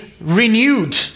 renewed